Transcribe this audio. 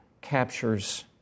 captures